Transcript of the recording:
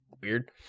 Weird